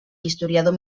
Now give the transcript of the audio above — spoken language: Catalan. historiador